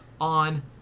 on